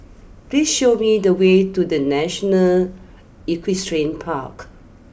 please show me the way to the National Equestrian Park